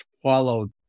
swallowed